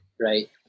right